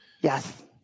Yes